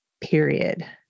period